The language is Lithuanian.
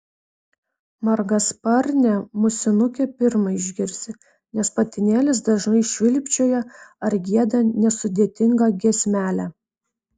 margasparnę musinukę pirma išgirsi nes patinėlis dažnai švilpčioja ar gieda nesudėtingą giesmelę